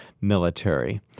military